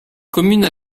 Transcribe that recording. communes